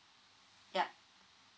yup